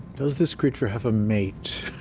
does this creature have a mate